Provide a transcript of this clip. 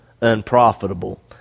unprofitable